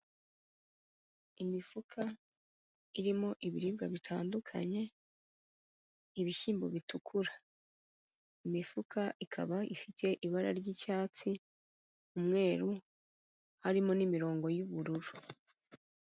Imifuka irimo ibiribwa bitandukanye, ibishyimbo bitukura, imifuka ikaba ifite ibara ry'icyatsi, umweru, harimo n'imirongo y'ubururu.